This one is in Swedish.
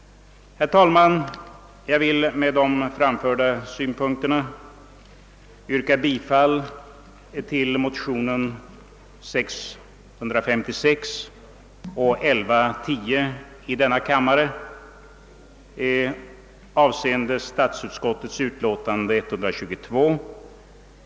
Herr talman! Jag vill med de framförda synpunkterna beträffande statsutskottets utlåtande nr 122 yrka bifall till motionerna II: 656 och II: 1110.